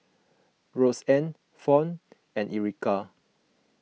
Roxann Fawn and Erica